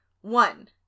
One